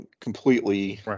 completely